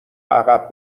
عقب